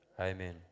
Amen